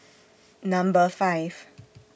Number five